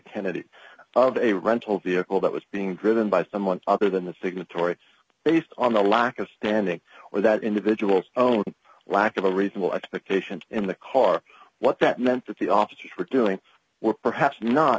tenets of a rental vehicle that was being driven by someone other than the signatory based on the lack of standing or that individual's lack of a reasonable expectation in the car what that meant that the officers were doing were perhaps not